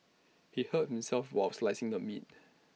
he hurt himself while slicing the meat